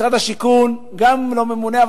גם משרד השיכון לא ממונה.